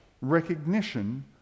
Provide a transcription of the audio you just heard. recognition